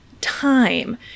time